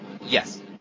Yes